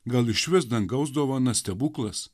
gal išvis dangaus dovana stebuklas